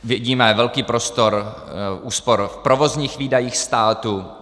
Vidíme velký prostor úspor v provozních výdajích státu.